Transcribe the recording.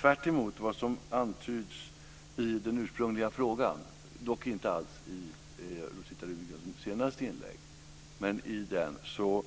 Tvärtemot vad som antyds i den ursprungliga frågan - dock inte alls i Rosita Runegrunds senaste inlägg - innebär alltså